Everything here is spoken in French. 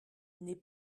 n’est